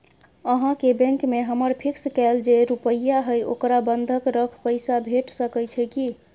अहाँके बैंक में हमर फिक्स कैल जे रुपिया हय ओकरा बंधक रख पैसा भेट सकै छै कि?